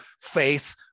face